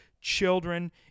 children